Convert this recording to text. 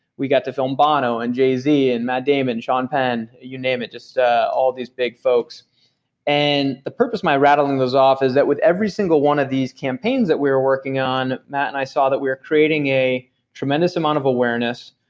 we go to film bono, and jay z, and matt damon, sean penn, you name it, just all these big folks and the purpose of my rattling those off is that with every single one of these campaigns that we were working on, matt and i saw that we were creating a tremendous amount of awareness,